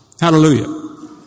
Hallelujah